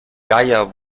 geier